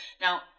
Now